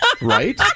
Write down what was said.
Right